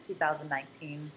2019